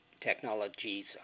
technologies